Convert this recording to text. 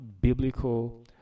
biblical